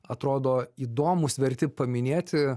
atrodo įdomūs verti paminėti